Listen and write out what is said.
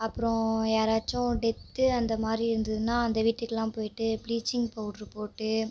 அப்பறம் யாராச்சும் டெத்து அந்தமாதிரி இருந்துதுன்னா அந்த வீட்டுக்குலாம் போயிட்டு ப்ளீச்சிங் பவுட்ரு போட்டு